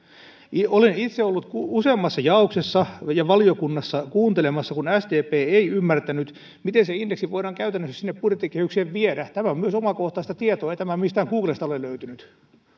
olen itse ollut useammassa jaoksessa ja valiokunnassa kuuntelemassa kun sdp ei ymmärtänyt miten se indeksi voidaan käytännössä sinne budjettikehykseen viedä tämä on myös omakohtaista tietoa ei tämä mistään googlesta ole löytynyt